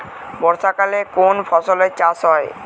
বর্ষাকালে কোন ফসলের চাষ হয়?